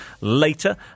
later